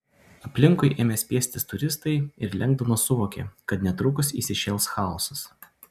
aplinkui ėmė spiestis turistai ir lengdonas suvokė kad netrukus įsišėls chaosas